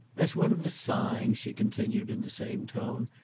as one of the signs, she continued in the same tone,